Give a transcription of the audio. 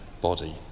body